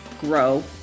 grow